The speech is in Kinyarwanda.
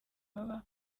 baba